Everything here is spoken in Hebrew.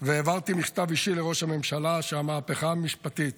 והעברתי מכתב אישי לראש הממשלה שהמהפכה המשפטית